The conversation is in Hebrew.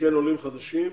וכן עולים חדשים,